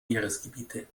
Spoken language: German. meeresgebiete